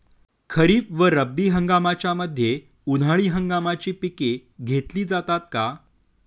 खरीप व रब्बी हंगामाच्या मध्ये उन्हाळी हंगामाची पिके घेतली जातात का?